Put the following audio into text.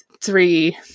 three